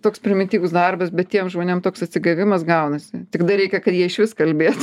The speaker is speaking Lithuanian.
toks primityvus darbas bet tiem žmonėm toks atsigavimas gaunasi tik dar reikia kad jie išvis kalbėtų